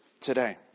today